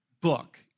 book